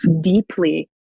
deeply